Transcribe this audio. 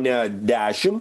ne dešimt